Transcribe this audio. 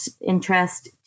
interest